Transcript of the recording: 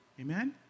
Amen